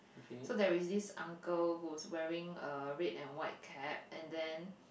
so there is this uncle who's wearing a red and white cap and then